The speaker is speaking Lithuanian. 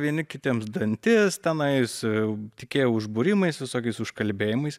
vieni kitiems dantis tenais tikėjo užbūrimais visokiais užkalbėjimais